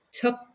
took